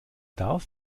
darf